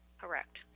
Correct